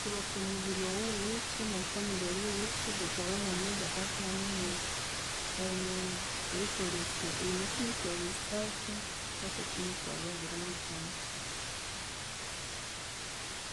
Kirwa komubiri owawuwithe ne family eyuwithe betu abanene bakakiramunu erikolesya erilwa okumithwalhu isathu paka kumithwalhu abiri nithanu